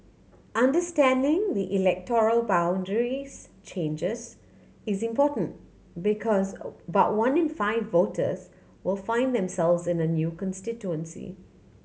understanding the electoral boundaries changes is important because about one in five voters will find themselves in a new constituency